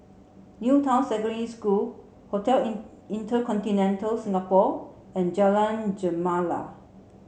New Town Secondary School Hotel InterContinental Singapore and Jalan Gemala